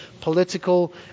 political